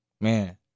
Man